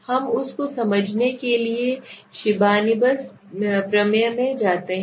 हम उस को समझने के लिए शिबानीबस प्रमेय में जाते हैं